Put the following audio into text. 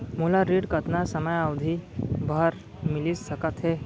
मोला ऋण कतना समयावधि भर मिलिस सकत हे?